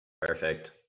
Perfect